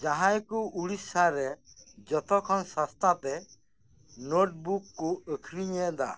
ᱡᱟᱸᱦᱟᱭ ᱠᱚ ᱩᱲᱤᱥᱥᱟ ᱨᱮ ᱡᱷᱚᱛᱚ ᱠᱷᱚᱱ ᱥᱚᱥᱛᱟ ᱛᱮ ᱱᱳᱴᱵᱩᱠ ᱠᱚ ᱟᱹᱠᱷᱨᱤᱧ ᱮᱫᱟ